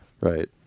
Right